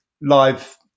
live